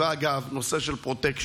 אגב, ישיבה, בנושא של פרוטקשן.